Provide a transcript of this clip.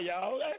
y'all